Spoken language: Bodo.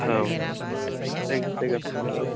जायो जायो औ